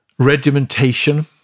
Regimentation